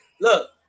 Look